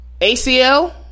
ACL